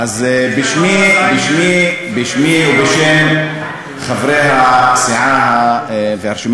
"הדסה עין-כרם" בשמי ובשם חברי הסיעה והרשימה